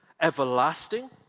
everlasting